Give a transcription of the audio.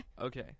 Okay